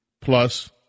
plus